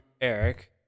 Eric